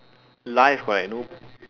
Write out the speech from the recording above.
life got like no